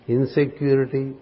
Insecurity